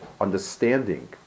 understanding